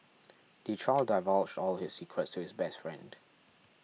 the child divulged all his secrets to his best friend